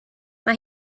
mae